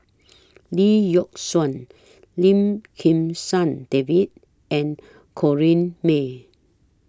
Lee Yock Suan Lim Kim San David and Corrinne May